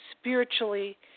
spiritually